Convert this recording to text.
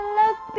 look